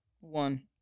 One